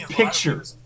pictures